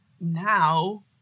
now